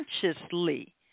Consciously